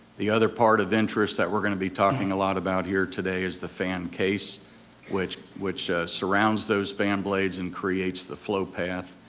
the other part of interest that we're gonna be talking a lot about here today is the fan case which which surrounds those fan blades and creates the flow path,